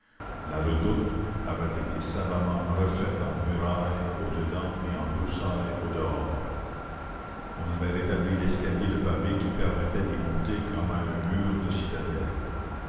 la redoute avait été savamment refaite en muraille au dedans et en broussaille au dehors on avait rétabli l'escalier de pavés qui permettait d'y monter comme à un mur de citadelle